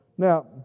Now